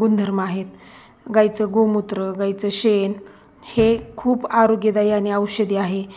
गुणधर्म आहेत गाईचं गोमूत्र गाईचं शेण हे खूप आरोग्यदायी आणि औषधी आहे